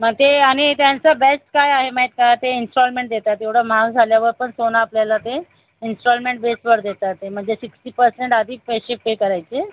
मग ते आणि त्यांचं बेस्ट काय आहे माहीत का ते इन्सॉलमेन्ट देतात एवढं महाग झाल्यावर पण सोनं आपल्याला ते इन्स्टॉलमेन्ट बेसवर देतात आहे म्हणजे सिक्स्टी पर्सेंट आधी पैसे पे करायचे